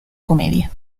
comedia